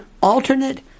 alternate